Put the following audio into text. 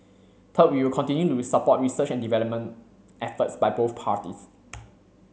third we will continue to support research and development efforts by both parties